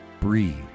Breathe